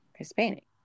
Hispanic